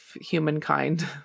humankind